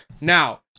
now